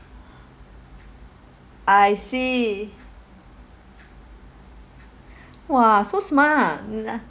I see !wah!